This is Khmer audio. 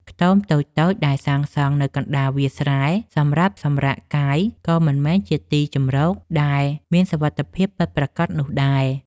ខ្ទមតូចៗដែលសាងសង់នៅកណ្តាលវាលស្រែសម្រាប់សម្រាកកាយក៏មិនមែនជាទីជម្រកដែលមានសុវត្ថិភាពពិតប្រាកដនោះដែរ។